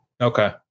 Okay